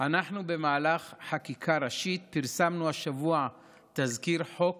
אנחנו במהלך חקיקה ראשית פרסמנו השבוע תזכיר חוק